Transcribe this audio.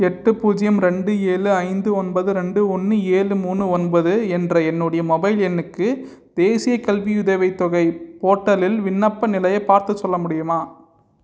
எட்டு பூஜ்யம் ரெண்டு ஏழு ஐந்து ஒன்பது ரெண்டு ஒன்று ஏழு மூணு ஒன்பது என்ற என்னுடைய மொபைல் எண்ணுக்கு தேசியக் கல்வியுதவித் தொகை போர்ட்டலில் விண்ணப்ப நிலையைப் பார்த்துச் சொல்ல முடியுமா